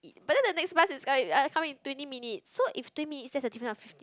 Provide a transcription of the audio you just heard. but then the next bus is come come in twenty minute so if three minutes there's a different of it